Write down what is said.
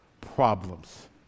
problems